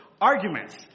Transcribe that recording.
arguments